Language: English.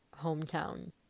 hometown